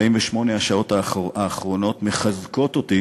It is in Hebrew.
48 השעות האחרונות מחזקות אותי